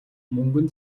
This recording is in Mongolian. мөнгөн